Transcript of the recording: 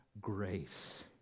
grace